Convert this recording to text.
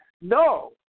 No